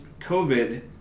COVID